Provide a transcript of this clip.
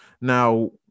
Now